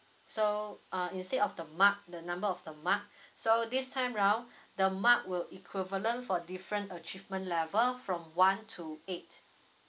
so uh instead of the mark the number of the mark so this time round the mark will equivalent for different achievement level from one to eight